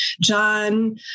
John